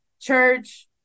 church